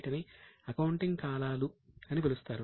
వీటిని అకౌంటింగ్ కాలాలు అని పిలుస్తారు